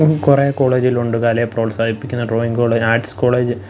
കുറെ കോളേജിലുണ്ട് കലയെ പ്രോത്സാഹിപ്പിക്കുന്ന ഡ്രോയിങ് കോളേജ് ആർട്സ് കോളേജ്